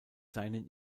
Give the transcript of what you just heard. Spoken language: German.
seinen